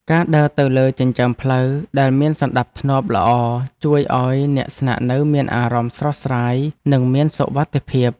ការដើរនៅលើចិញ្ចើមផ្លូវដែលមានសណ្តាប់ធ្នាប់ល្អជួយឱ្យអ្នកស្នាក់នៅមានអារម្មណ៍ស្រស់ស្រាយនិងមានសុវត្ថិភាព។